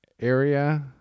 area